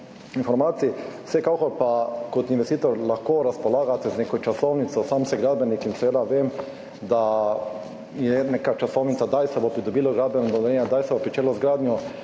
informacije. Vsekakor pa kot investitor lahko razpolagate z neko časovnico. Sam sem gradbenik in vem, da je neka časovnica, kdaj se bo pridobilo gradbeno dovoljenje, kdaj se bo pričelo z gradnjo.